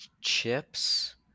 chips